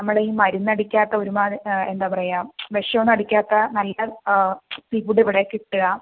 നമ്മൾ ഈ മരുന്ന് അടിക്കാത്ത ഒരുപാട് എന്താ പറയാ വിഷം ഒന്നും അടിക്കാത്ത നല്ല സീഫുഡ് ഇവിടെയാണ് കിട്ടുക